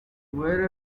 where